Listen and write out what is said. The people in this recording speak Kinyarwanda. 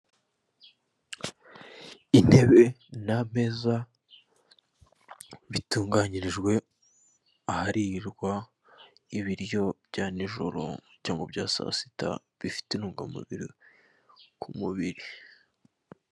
Intebe n'ameza bitunganyirijwe aharirwa ibiryo bya nijoro byo mu bya saa sita bifite intungamubiri ku mubiri.